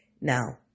Now